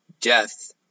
Death